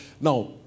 Now